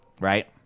right